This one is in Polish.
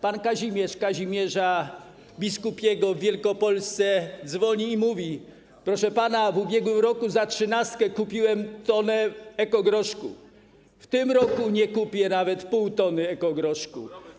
Pan Kazimierz z Kazimierza Biskupiego w Wielkopolsce dzwoni i mówi: Proszę pana, w ubiegłym roku za trzynastkę kupiłem tonę ekogroszku, w tym roku nie kupię nawet pół tony ekogroszku.